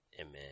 Amen